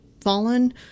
Fallen